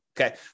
okay